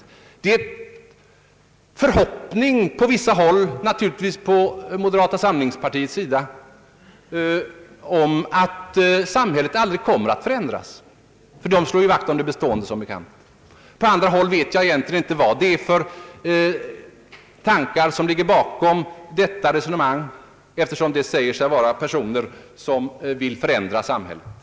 En förhoppning på vissa håll, naturligtvis även hos det moderata samlingspartiet, är att samhället aldrig skall förändras — det partiet slår som bekant vakt om det bestående. Jag vet egentligen inte vad som ligger bakom detta resonemang hos andra grupper, eftersom de säger sig vara personer som vill förändra samhället.